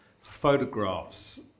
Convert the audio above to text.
photographs